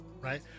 right